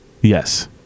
Yes